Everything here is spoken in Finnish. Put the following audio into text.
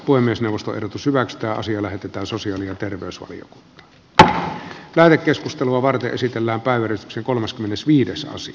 voi myös neuvostojen pysyvästä asia lähetetään sosiaali ja terveysvalio ja käydä keskustelua varten esitellään päivi rissasen kolmaskymmenesviides vuosi